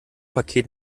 paket